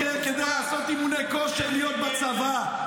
-- כדי לעשות אימוני כושר להיות בצבא.